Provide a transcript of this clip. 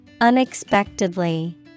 unexpectedly